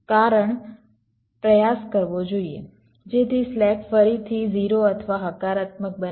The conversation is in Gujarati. કારણ પ્રયાસ કરવો જોઈએ જેથી સ્લેક ફરીથી 0 અથવા હકારાત્મક બને